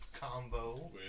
combo